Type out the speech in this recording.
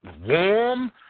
warm